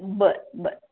बरं बरं